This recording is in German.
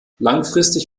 langfristig